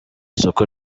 isoko